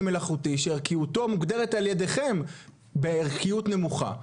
מלאכותי שערכיותו מוגדרת על ידכם בערכיות נמוכה.